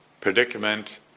predicament